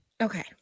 Okay